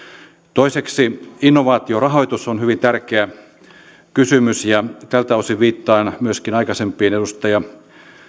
toiseksi innovaatiorahoitus on hyvin tärkeä kysymys ja tältä osin viittaan myöskin aikaisempiin edustaja